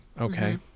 Okay